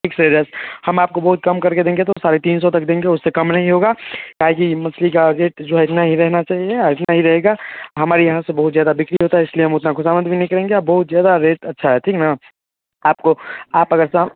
fix है इधर हम आपको बहुत कम कर के देंगे तो साढ़े तीन सौ तक देंगे उससे कम नहीं होगा क्या है कि कि मछली का रेट जो है इतना ही रहना चाहिए और इतना नहीं रहेगा हमारे यहाँ से बहुत ज़्यादा बिक्री होती है इस लिए ख़ुशामत भी नहीं करेंगे आप बहुत ज़्यादा रेट अच्छा है ठीक ना आपको आप अगर शाम